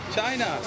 China